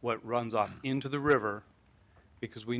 what runs off into the river because we